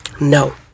No